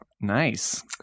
nice